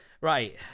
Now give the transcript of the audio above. Right